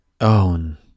own